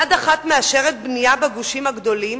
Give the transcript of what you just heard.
יד אחת מאפשרת בנייה בגושים הגדולים,